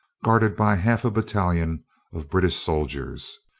guarded by half a battalion of british soldiers.